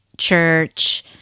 church